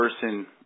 person